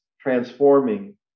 transforming